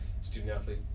student-athlete